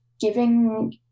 giving